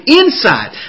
inside